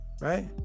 right